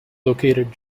located